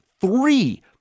three